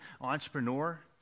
entrepreneur